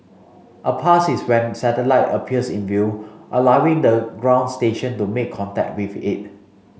a pass is when satellite appears in view allowing the ground station to make contact with it